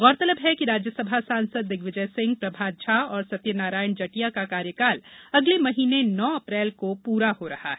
गौरतलब है कि राज्यसभा सांसद दिग्विजय सिंह प्रभात झा और सत्यनारायण जटिया का कार्यकाल अगले महीने नौ अप्रैल को पूरा हो रहा है